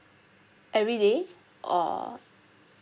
everyday or